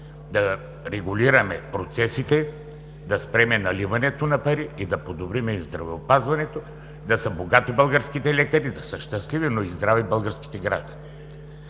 да регулираме процесите, да спрем наливането на пари, да подобрим здравеопазването, да са богати българските лекари, да са щастливи, но и здрави българските граждани.